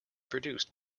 produced